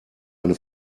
eine